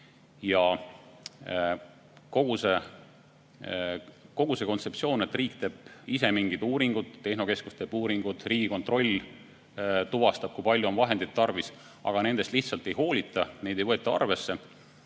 rääkida kontseptsioonist, et riik teeb ise mingid uuringud, tehnokeskus teeb uuringud, Riigikontroll tuvastab, kui palju on vahendeid tarvis, siis nendest lihtsalt ei hoolita, neid ei võeta arvesse.